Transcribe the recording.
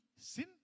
Sin